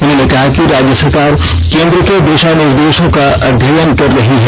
उन्होंने कहा कि राज्य सरकार केन्द्र के दिषा निर्देषों का अध्ययन कर रही है